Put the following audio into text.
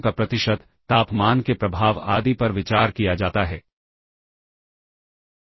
content सबसे पहले E register पर आएगा और स्टैक प्वाइंटर इंप्लीमेंट किया जाएगा